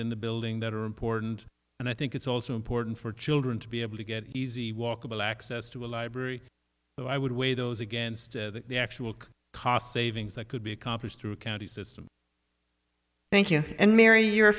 in the building that are important and i think it's also important for children to be able to get easy walkable access to a library so i would weigh those against the actual cost savings that could be accomplished through a county system thank you and mary your